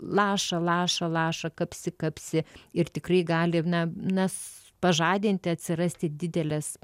laša laša laša kapsi kapsi ir tikrai gali na nes pažadinti atsirasti dideles